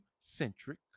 centric